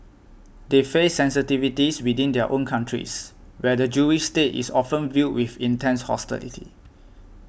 they face sensitivities within their own countries where the Jewish state is often viewed with intense hostility